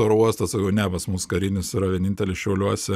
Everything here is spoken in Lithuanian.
oro uostas sakau ne pas mus karinis yra vienintelis šiauliuose